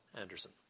Anderson